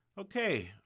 Okay